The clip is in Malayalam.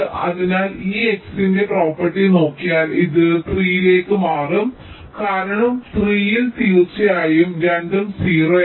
അതിനാൽ ഈ x ന്റെ പ്രോപ്പർട്ടി നോക്കിയാൽ ഇത് 3 ലേക്ക് മാറും കാരണം 3 ൽ തീർച്ചയായും രണ്ടും 0